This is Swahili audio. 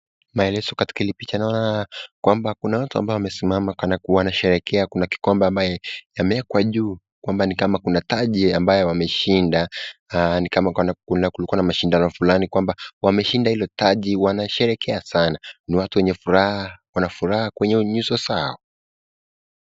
Maelezo katika hili picha naona kwamba kuna watu ambao wamesimama kana kwamba wanasherekea, kuna kikombe ambaye yameekwa juu kwamba ni kama kuna taji ambayo wameshinda, ni kwamba kulikuwa na mashindano fulani kwamba wameshinda hilo taji, wanasherekea sana ni watu wenye furaha ,wako na furaha kwenye nyuso zao.